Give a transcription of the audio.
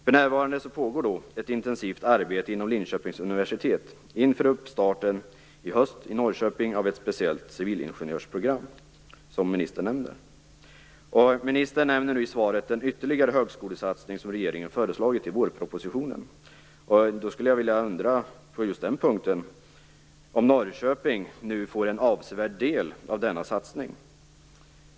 För närvarande pågår ett intensivt arbete inom Linköpings universitet inför starten i höst i Norrköping av ett speciellt civilingenjörsprogram - som ministern nämnde. Ministern nämner i svaret den ytterligare högskolesatsning som regeringen föreslagit i vårpropositionen. Jag undrar på den punkten om Norrköping nu får en avsevärd del av denna satsning?